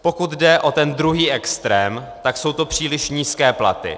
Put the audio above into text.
Pokud jde o ten druhý extrém, tak jsou to příliš nízké platy.